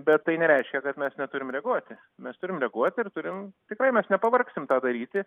bet tai nereiškia kad mes neturim reaguoti mes turim reaguoti ir turim tikrai mes nepavargsim tą daryti